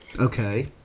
Okay